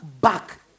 back